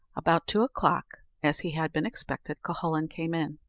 about two o'clock, as he had been expected, cuhullin came in.